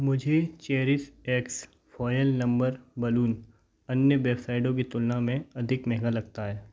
मुझे cherish x foil number balloon अन्य बेबसाइटों की तुलना में अधिक महंगा लगता है